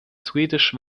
swedish